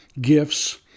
gifts